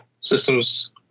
systems